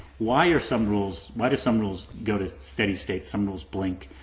why are some rules, why do some rules go to steady state, some rules blink,